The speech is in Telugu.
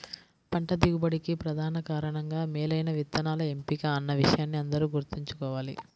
పంట దిగుబడికి ప్రధాన కారణంగా మేలైన విత్తనాల ఎంపిక అన్న విషయాన్ని అందరూ గుర్తుంచుకోవాలి